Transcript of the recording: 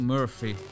Murphy